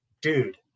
Dude